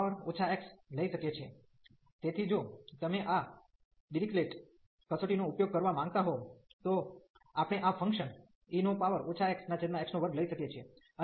તેથી જો તમે અહીં આ ડિરીક્લેટ Dirichlet કસોટી નો ઉપયોગ કરવા માંગતા હો તો આપણે આ ફંકશન e xx2 લઈ શકીએ છીએ